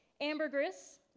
ambergris